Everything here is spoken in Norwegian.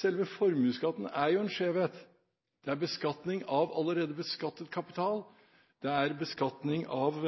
Selve formuesskatten er jo en skjevhet. Det er beskatning av allerede beskattet kapital. Det er beskatning av